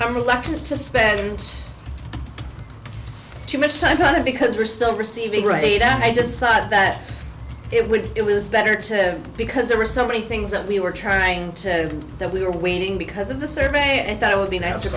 i'm reluctant to spend too much time on it because we're still receiving rite aid and i just thought that it would it was better to have because there were so many things that we were trying to that we were waiting because of the survey i thought it would be an